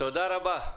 תודה רבה.